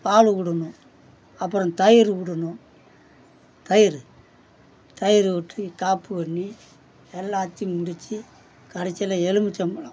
பால் விடுணும் அப்புறம் தயிர் விடுணும் தயிர் தயிர் விட்டு காப்பு பண்ணி எல்லாத்தையும் முடித்து கடைசியில் எலும்மிச்சம் பழம்